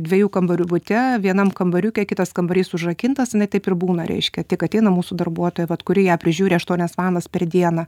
dviejų kambarių bute vienam kambariuke kitas kambarys užrakintas jinai taip ir būna reiškia tik ateina mūsų darbuotoja vat kuri ją prižiūri aštuonias valandas per dieną